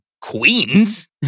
Queens